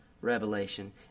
revelation